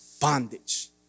bondage